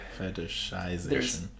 Fetishization